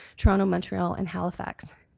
toronto, montreal and halifax.